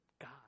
God